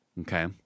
Okay